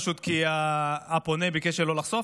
פשוט כי הפונה ביקש שלא לחשוף.